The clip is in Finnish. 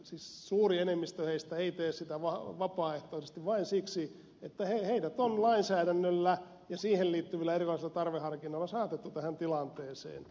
siis suuri enemmistö ei tee sitä vapaaehtoisesti vaan vain siksi että heidät on lainsäädännöllä ja siihen liittyvällä erilaisella tarveharkinnalla saatettu tähän tilanteeseen